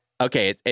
Okay